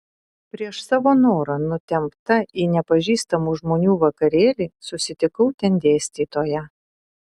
prieš savo norą nutempta į nepažįstamų žmonių vakarėlį susitikau ten dėstytoją